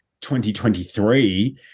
2023